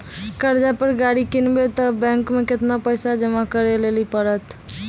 कर्जा पर गाड़ी किनबै तऽ बैंक मे केतना पैसा जमा करे लेली पड़त?